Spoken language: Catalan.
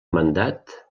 mandat